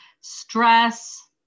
Stress